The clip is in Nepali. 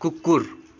कुकुर